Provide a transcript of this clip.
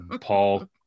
Paul